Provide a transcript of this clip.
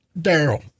Daryl